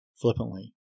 flippantly